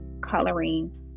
coloring